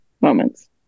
moments